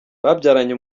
babyaranye